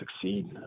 succeed